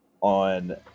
on